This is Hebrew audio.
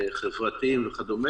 חברתיים וכדו',